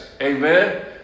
amen